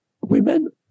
women